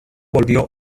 volvió